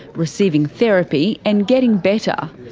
receiving therapy, and getting better.